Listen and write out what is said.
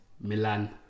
Milan